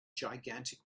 gigantic